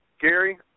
Gary